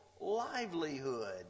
livelihood